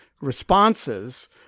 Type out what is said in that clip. responses